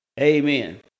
Amen